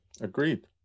Agreed